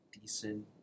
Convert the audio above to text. decent